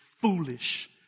foolish